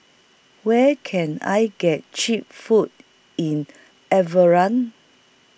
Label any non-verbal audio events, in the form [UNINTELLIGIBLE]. Where Can I get Cheap Food in [UNINTELLIGIBLE]